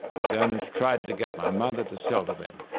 its owners tried to to get my mother to sell to them.